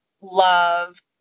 love